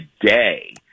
today